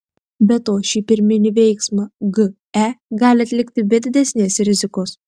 be to šį pirminį veiksmą ge gali atlikti be didesnės rizikos